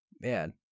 Man